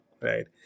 right